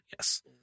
Yes